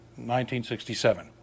1967